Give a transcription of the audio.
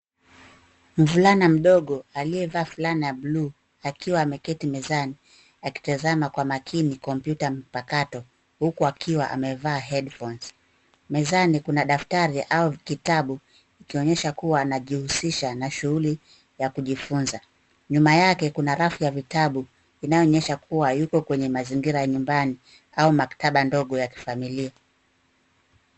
Mvulana mdogo aliyevaa vulana ya bluu akiwa ameketi mezani akitazana kwa makini kompyuta mpakato huku akiwa amevaa headphones . Mezani kuna daftari au kitabu ikionyesha kuwa anajihusisha na shughuli ya kujifunza. Nyuma yake kuna rafu ya vitabu inayosha kuwa ayuko mazingira ya nyumbani au maktaba ndogo ya kifamilia.